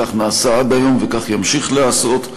כך נעשה עד היום, וכך ימשיך להיעשות.